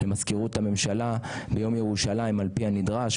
למזכירות הממשלה ביום ירושלים על פי הנדרש,